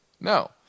No